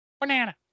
Banana